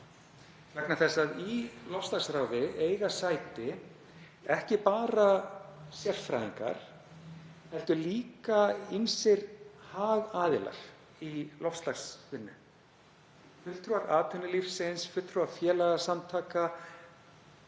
vegna þess að í loftslagsráði eiga sæti ekki bara sérfræðingar heldur líka ýmsir hagaðilar í loftslagsvinnu, fulltrúar atvinnulífsins, fulltrúar félagasamtaka,